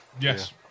Yes